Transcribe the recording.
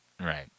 Right